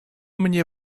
mnie